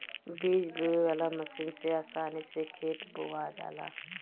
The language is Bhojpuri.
बीज बोवे वाला मशीन से आसानी से खेत बोवा जाला